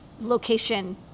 location